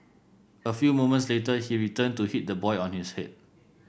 a few moments later he returned to hit the boy on his head